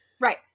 Right